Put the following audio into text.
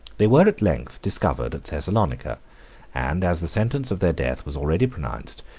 they were at length discovered at thessalonica and as the sentence of their death was already pronounced,